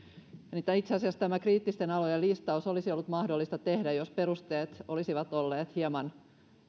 niin itse asiassa tämä kriittisten alojen listaus olisi ollut mahdollista tehdä jos perusteet olisivat olleet hieman